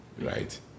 right